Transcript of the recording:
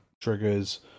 triggers